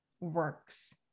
works